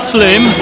Slim